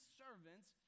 servants